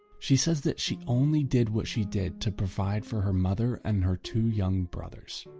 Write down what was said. she says that she only did what she did to provide for her mother and her two young brothers.